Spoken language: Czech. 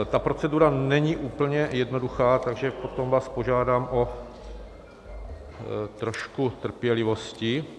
Ta procedura není úplně jednoduchá, takže vás potom požádám o trošku trpělivosti.